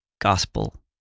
gospel